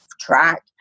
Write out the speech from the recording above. track